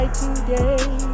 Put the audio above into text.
today